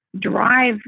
drive